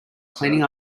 cleaning